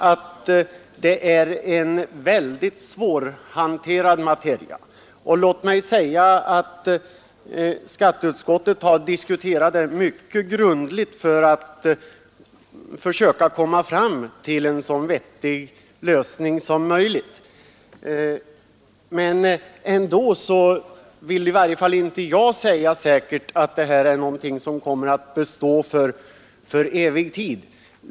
Det gäller en mycket svårhanterad materia, och skatteutskottet har diskuterat frågan mycket grundligt för att försöka komma fram till en så vettig lösning som möjligt. Men ändå vill i varje fall inte jag uttala att det som nu föreslås kommer att bli bestående.